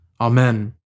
Amen